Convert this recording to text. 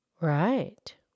Right